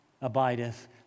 abideth